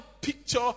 picture